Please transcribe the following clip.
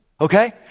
Okay